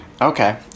Okay